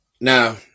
now